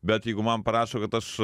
bet jeigu man parašo kad aš